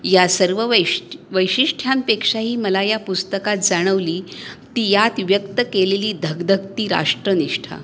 या सर्व वैश वैशिष्ट्यांपेक्षाही मला या पुस्तकात जाणवली ती यात व्यक्त केलेली धगधगती राष्ट्रनिष्ठा